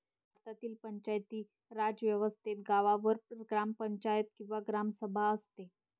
भारतातील पंचायती राज व्यवस्थेत गावावर ग्रामपंचायत किंवा ग्रामसभा असते